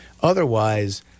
Otherwise